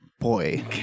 Boy